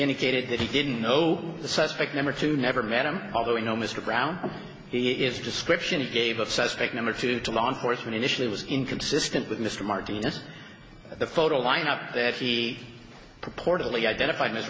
indicated that he didn't know the suspect number two never met him although we know mr brown he is description it gave of suspect number two to law enforcement initially was inconsistent with mr martinez the photo lineup that he proportionally identif